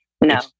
No